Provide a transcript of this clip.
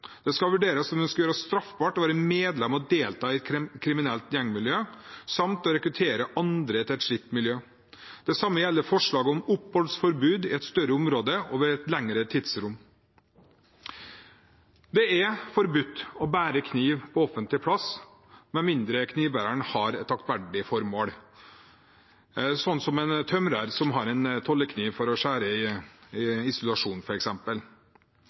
Det skal vurderes om det skal gjøres straffbart å være medlem og delta i et kriminelt gjengmiljø samt å rekruttere andre til et slikt miljø. Det samme gjelder forslag om oppholdsforbud i et større område over et lengre tidsrom. Det er forbudt å bære kniv på offentlig plass med mindre knivbæreren har et aktverdig formål, som f.eks. en tømrer som har tollekniv for å skjære i isolasjon.